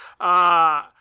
uh-